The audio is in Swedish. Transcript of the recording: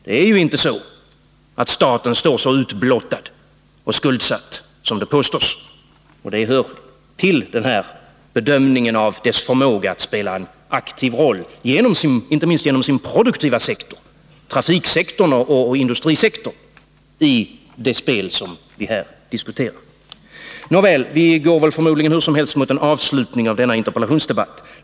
Det är ju inte så, att staten står så utblottad och skuldsatt som det påstås — det hör till bedömningen av dess förmåga att spela en aktiv roll, inte minst igenom sin produktiva verksamhet, inom trafiksektorn och industrisektorn, i det spel som vi här diskuterar. Nåväl, vi går förmodligen hur som helst mot en avslutning av denna interpellationsdebatt.